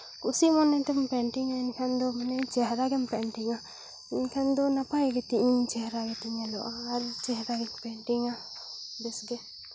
ᱠᱩᱥᱤ ᱢᱚᱱᱮᱛᱮ ᱯᱮᱱᱴᱤᱝᱟ ᱢᱮᱱᱠᱷᱟᱱ ᱫᱚ ᱢᱟᱱᱮ ᱪᱮᱦᱨᱟ ᱜᱮᱢ ᱯᱮᱱᱴᱤᱝᱟ ᱢᱮᱱ ᱠᱷᱟᱱ ᱫᱚ ᱱᱟᱯᱟᱭ ᱜᱮᱛᱤᱧᱟᱹ ᱤᱧ ᱪᱮᱦᱨᱟ ᱜᱮᱛᱤᱧᱟᱹ ᱟᱨ ᱪᱮᱦᱨᱟ ᱜᱤᱧ ᱯᱮᱱᱴᱤᱝᱟ ᱵᱮᱹᱥ ᱜᱮ